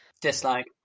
Dislike